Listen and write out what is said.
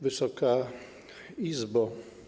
Wysoka Izbo!